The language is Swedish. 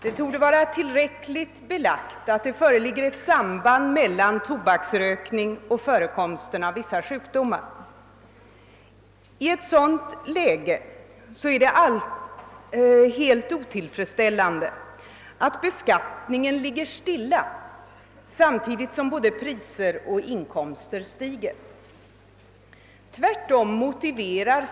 Det borde vara tillräckligt belagt att det föreligger ett samband mellan tobaksrökning och förekomsten av vissa sjukdomar. I ett sådant läge är det helt otillfredsställande att beskattningen ligger stilla medan både priser och inkomster stiger.